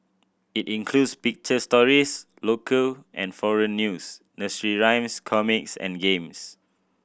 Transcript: it includes picture stories local and foreign news nursery rhymes comics and games